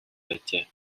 байжээ